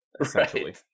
essentially